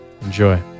enjoy